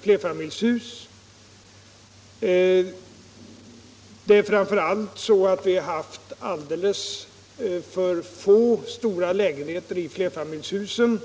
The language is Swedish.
flerfamiljshus. Det är framför allt så att vi har haft alldeles för få stora lägenheter i flerfamiljshusen.